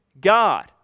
God